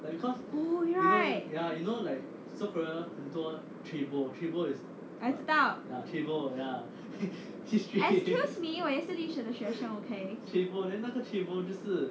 oh right I 知道 excuse me 我也是历史的学生 okay